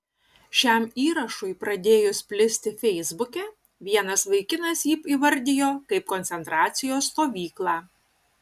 šiam įrašui pradėjus plisti feisbuke vienas vaikinas jį įvardijo kaip koncentracijos stovyklą